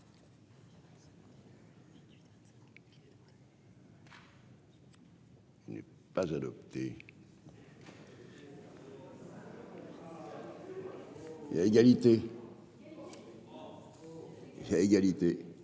Ce n'est pas adopté. Il y a égalité j'ai égalité.